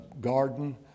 garden